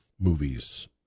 movies